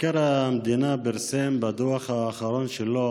מבקר המדינה פרסם בדוח האחרון שלו